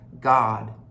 God